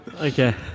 Okay